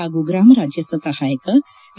ಹಾಗೂ ಗ್ರಾಮ ರಾಜ್ಜಸ್ವ ಸಹಾಯಕ ವಿ